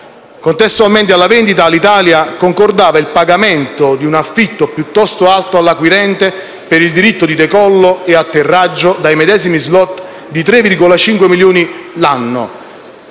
Contestualmente alla vendita, Alitalia concordava il pagamento di un affitto piuttosto alto all'acquirente per il diritto di decollo e atterraggio dai medesimi slot di 3,5 milioni l'anno